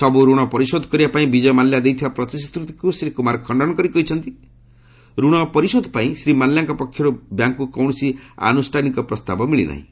ସବୁ ଋଣ ପରିଶୋଧ କରିବା ପାଇଁ ବିଜୟ ମାଲ୍ୟା ଦେଇଥିବା ପ୍ରତିଶ୍ରତିକୁ ଶ୍ରୀ କୁମାର ଖଣ୍ଡନ କରି କହିଛନ୍ତି ଋଣ ପରିଶୋଧ ପାଇଁ ଶ୍ରୀ ମାଲ୍ୟାଙ୍କ ପକ୍ଷରୁ ବ୍ୟାଙ୍କକୁ କୌଣସି ଆନୁଷ୍ଠାନିକ ପ୍ରସ୍ତାବ ମିଳିନାହିଁ